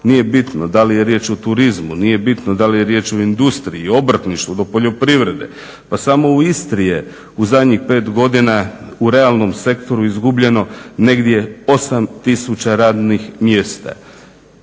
Nije bitno da li je riječ o turizmu, nije bitno da li je riječ o industriji i obrtništvu, do poljoprivrede. Pa samo u Istri je u zadnjih pet godina u realnom sektoru izgubljeno negdje 8000 radnih mjesta.